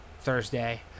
Thursday